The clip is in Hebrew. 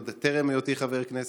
עוד טרם היותי חבר כנסת,